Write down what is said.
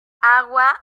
agua